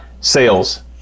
sales